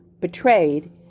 betrayed